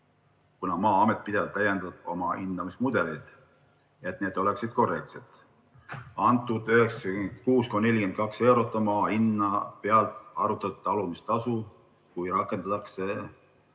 kuna Maa-amet pidevalt täiendab oma hindamismudeleid, et need oleksid korrektsed. Antud 96,42 eurot on maa uue hinna pealt arvutatud talumistasu, kui rakendatakse